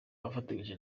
afatanyije